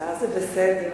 בבקשה.